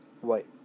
white